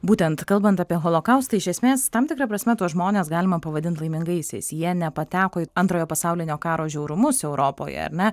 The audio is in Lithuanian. būtent kalbant apie holokaustą iš esmės tam tikra prasme tuos žmones galima pavadint laimingaisiais jie nepateko į antrojo pasaulinio karo žiaurumus europoje ar ne